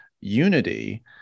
unity